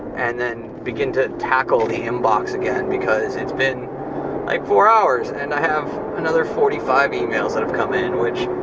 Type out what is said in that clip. and then begin to tackle the inbox again because it's been four hours and i have another forty five e-mails that have come in, which,